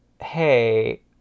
hey